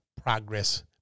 progress